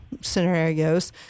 scenarios